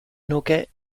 nuke